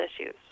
issues